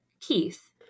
Keith